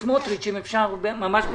סמוטריץ', אם אפשר ממש בקצרה.